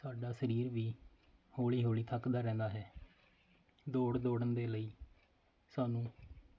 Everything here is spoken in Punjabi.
ਸਾਡਾ ਸਰੀਰ ਵੀ ਹੌਲੀ ਹੌਲੀ ਥੱਕਦਾ ਰਹਿੰਦਾ ਹੈ ਦੌੜ ਦੌੜਨ ਦੇ ਲਈ ਸਾਨੂੰ